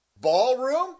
ballroom